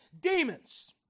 demons